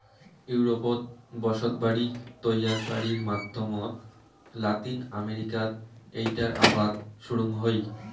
ইউরোপত বসতবাড়ি তৈয়ারকারির মাধ্যমত লাতিন আমেরিকাত এ্যাইটার আবাদ শুরুং হই